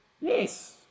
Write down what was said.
Yes